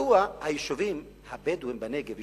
מדוע היישובים הבדואיים בנגב,